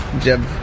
Jeb